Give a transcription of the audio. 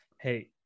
Hey